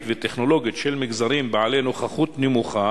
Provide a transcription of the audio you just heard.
וטכנולוגית של מגזרים בעלי נוכחות נמוכה",